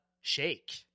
shake